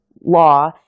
law